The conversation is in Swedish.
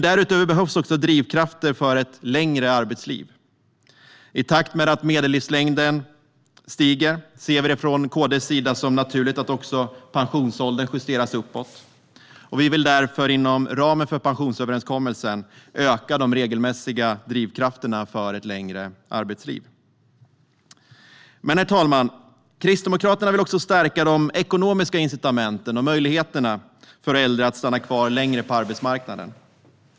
Därutöver behövs också drivkrafter för ett längre arbetsliv. I takt med att medellivslängden stiger ser KD det som naturligt att också pensionsåldern justeras uppåt. Vi vill därför inom ramen för pensionsöverenskommelsen öka de regelmässiga drivkrafterna för ett längre arbetsliv. Herr talman! Kristdemokraterna vill också stärka de ekonomiska incitamenten och möjligheterna för äldre att stanna kvar längre på arbetsmarknaden.